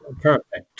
perfect